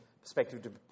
perspective